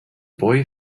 boy